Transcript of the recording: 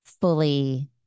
fully